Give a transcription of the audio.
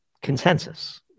consensus